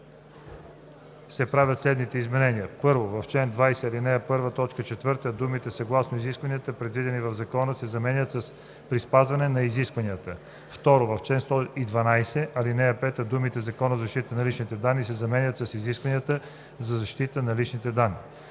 бр. …) се правят следните изменения: 1. В чл. 20, ал. 1, т. 4 думите „съгласно изискванията, предвидени в Закона“ се заменят с „при спазване на изискванията“. 2. В чл. 112, ал. 5 думите „Закона за защита на личните данни“ се заменят с „изискванията за защита на личните данни“.“